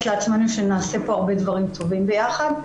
לעצמנו שנעשה כאן הרבה דברים טובים יחד.